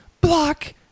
block